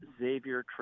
Xavier